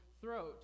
throat